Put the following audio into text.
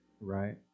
Right